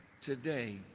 today